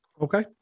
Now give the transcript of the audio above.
Okay